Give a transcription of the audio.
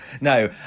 No